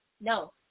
No